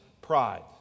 pride